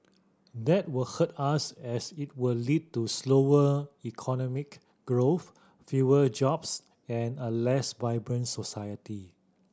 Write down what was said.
that will hurt us as it will lead to slower economic growth fewer jobs and a less vibrant society